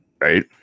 Right